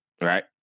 right